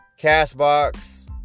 Castbox